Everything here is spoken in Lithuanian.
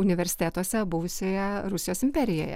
universitetuose buvusioje rusijos imperijoje